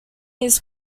his